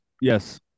yes